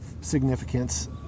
significance